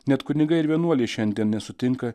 net kunigai ir vienuolės šiandien nesutinka